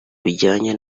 bijyanye